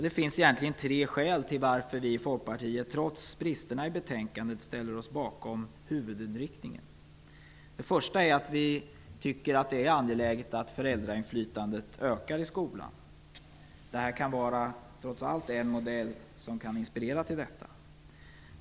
Det finns tre skäl till att vi i Folkpartiet trots bristerna i betänkandet ställer oss bakom huvudinriktningen. Det första är att vi tycker att det är angeläget att föräldrainflytandet i skolan ökar. Detta kan trots allt vara en modell som kan inspirera till det.